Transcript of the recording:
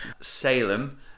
Salem